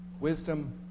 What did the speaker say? Wisdom